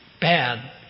bad